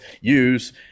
use